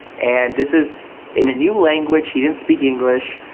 and this is in a new language, he didn't speak english,